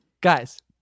guys